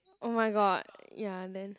oh my god ya then